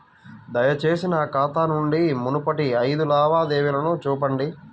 దయచేసి నా ఖాతా నుండి మునుపటి ఐదు లావాదేవీలను చూపండి